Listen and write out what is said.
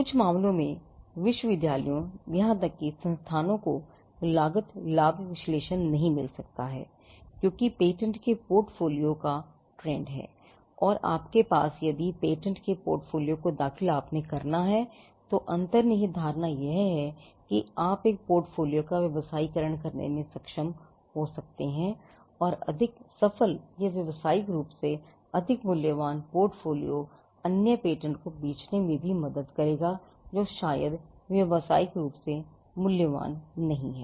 कुछ मामलों में विश्वविद्यालयों और यहां तक कि संस्थानों को लागत लाभ विश्लेषण नहीं मिल सकता है क्योंकि पेटेंट के पोर्टफोलियो होने का ट्रेंडहै और यदि आपके पास पेटेंट के पोर्टफोलियो को दाखिल करना है तो अंतर्निहित धारणा यह है कि आप एक साथ पोर्टफोलियो का व्यावसायीकरण करने में सक्षम हो सकते हैं और अधिक सफल या व्यावसायिक रूप से अधिक मूल्यवान पोर्टफोलियो अन्य पेटेंट को बेचने में भी मदद करेगा जो शायद व्यावसायिक रूप से मूल्यवान नहीं हैं